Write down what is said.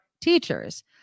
teachers